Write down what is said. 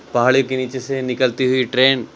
پہاڑی کے نیچے سے نکلتی ہوئی ٹرین